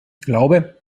glaube